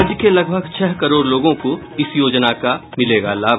राज्य के लगभग छह करोड़ लोगों को इस योजना का मिलेगा लाभ